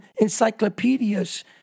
encyclopedias